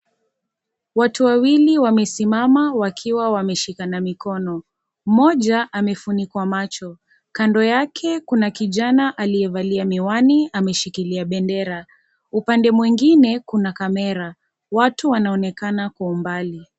Watu wawili wamesimama wakiwa wameshika mikono. Mmoja amefunikwa macho. Kando yake kuna kijana aliyevalia miwani ameshikilia bendera. Upande mwengine kuna kamera. Watu wanaonekana kwa umbali.